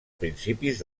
principis